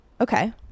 Okay